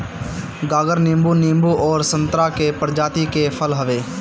गागर नींबू, नींबू अउरी संतरा के प्रजाति के फल हवे